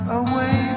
away